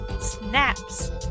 Snaps